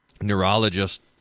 neurologist